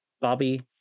Bobby